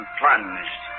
plunged